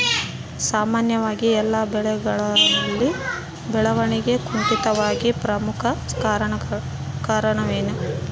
ಸಾಮಾನ್ಯವಾಗಿ ಎಲ್ಲ ಬೆಳೆಗಳಲ್ಲಿ ಬೆಳವಣಿಗೆ ಕುಂಠಿತವಾಗಲು ಪ್ರಮುಖ ಕಾರಣವೇನು?